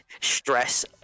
stress